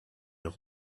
old